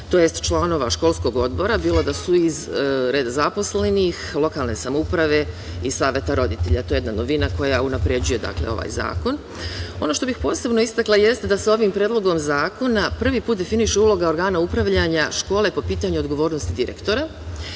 tj. članova školskog odbora, bilo da su iz reda zaposlenih, lokalne samouprave i saveta roditelja. To je jedna novina koja unapređuje ovaj zakon. Ono što bih posebno istakla jeste da se ovim Predlogom zakona prvi put definiše uloga organa upravljanja škole po pitanju odgovornosti direktora.